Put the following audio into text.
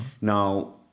Now